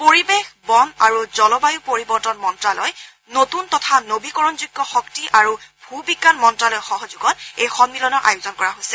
পৰিৱেশ বন আৰু জলবায়ু পৰিৱৰ্তন মন্ত্যালয় নতুন তথা নৱীকৰণযোগ্য শক্তি আৰু ভূবিজ্ঞান মন্ত্ৰালয়ৰ সহযোগত এই সন্মিলনৰ আয়োজন কৰা হৈছে